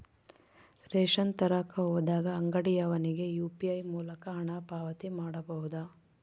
Ration ತರಕ ಹೋದಾಗ ಅಂಗಡಿಯವನಿಗೆ ಯು.ಪಿ.ಐ ಮೂಲಕ ಹಣ ಪಾವತಿ ಮಾಡಬಹುದಾ?